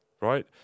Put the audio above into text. right